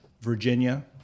Virginia